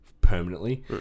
permanently